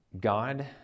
God